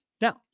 Now